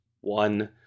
one